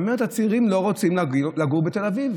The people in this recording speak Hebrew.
היא אומרת שהצעירים לא רוצים לגור בתל אביב.